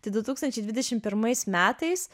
tai du tūkstančiai dvidešimt pirmais metais